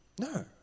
no